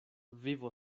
vivo